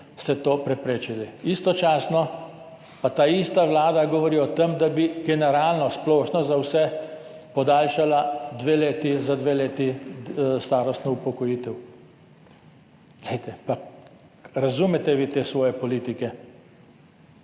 ste to preprečili. Istočasno pa ta ista vlada govori o tem, da bi generalno splošno za vse podaljšala za dve leti starostno upokojitev. Glejte, pa razumete vi te svoje politike?